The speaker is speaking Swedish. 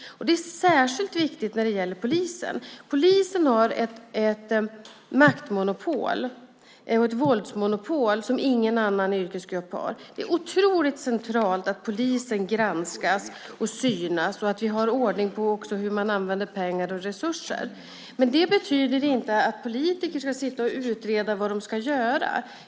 Det är särskilt viktigt när det gäller polisen. Polisen har ett maktmonopol och ett våldsmonopol som ingen annan yrkesgrupp har. Det är otroligt centralt att polisen granskas och synas och att vi har ordning på hur man använder pengar och resurser, men det betyder inte att politiker ska utreda vad de ska göra.